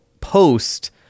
post